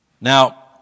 Now